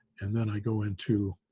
and then i go into